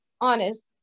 honest